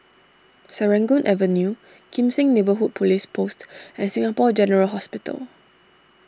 Serangoon Avenue Kim Seng Neighbourhood Police Post and Singapore General Hospital